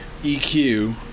EQ